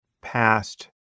past